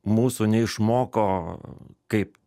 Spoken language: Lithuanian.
mūsų neišmoko kaip